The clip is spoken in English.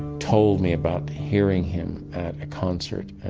told me about hearing him at a concert